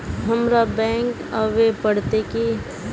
हमरा बैंक आवे पड़ते की?